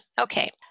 Okay